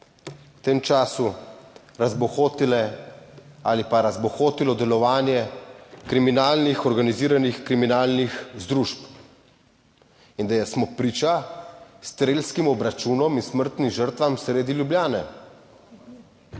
v tem času razbohotile ali pa razbohotilo delovanje kriminalnih organiziranih kriminalnih združb in da smo priča strelskim obračunom in smrtnim žrtvam sredi Ljubljane.